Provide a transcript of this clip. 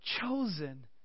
chosen